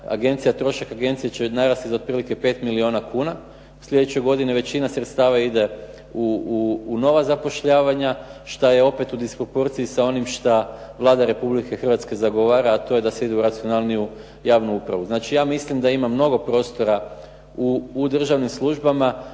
trošak agencije će narasti za otprilike 5 milijuna kuna. U sljedećoj godini većina sredstava ide u nova zapošljavanja, šta je opet u disproporciji sa onim šta Vlada Republike Hrvatske zagovara, a to je da se ide u racionalniju javnu upravu. Znači ja mislim da ima mnogo prostora u državnim službama